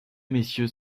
messieurs